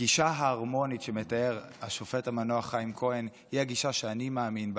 הגישה ההרמונית שמתאר השופט המנוח חיים כהן היא הגישה שאני מאמין בה,